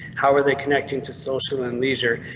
how are they connecting to social and leisure?